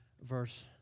verse